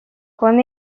con